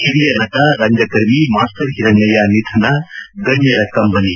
ಹಿರಿಯ ನಟ ರಂಗಕರ್ಮಿ ಮಾಸ್ಟರ್ ಹಿರಣ್ಣಯ್ಕ ನಿಧನ ಗಣ್ಕರ ಕಂಬನಿ